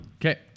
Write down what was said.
Okay